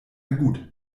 gut